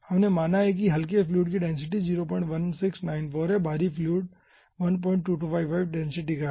हमने माना कि हल्के फ्लूइड का डेंसिटी 01694 है और भारी फ्लूइड का 1225 है